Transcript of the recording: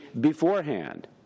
beforehand